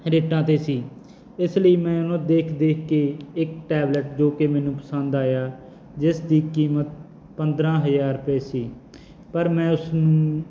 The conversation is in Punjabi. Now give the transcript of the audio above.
ਰੇਟਾਂ 'ਤੇ ਸੀ ਇਸ ਲਈ ਮੈਂ ਉਹਨੂੰ ਦੇਖ ਦੇਖ ਕੇ ਇੱਕ ਟੈਬਲੈਟ ਜੋ ਕਿ ਮੈਨੂੰ ਪਸੰਦ ਆਇਆ ਜਿਸ ਦੀ ਕੀਮਤ ਪੰਦਰ੍ਹਾਂ ਹਜ਼ਾਰ ਰੁਪਏ ਸੀ ਪਰ ਮੈਂ ਉਸਨੂੰ